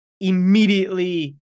immediately